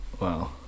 Wow